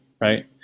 right